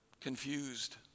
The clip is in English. confused